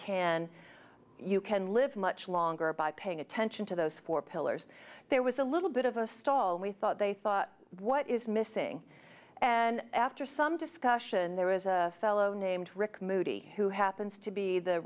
can you can live much longer by paying attention to those four pillars there was a little bit of a stall we thought they thought what is missing and after some discussion there was a fellow named rick moody who happens to be the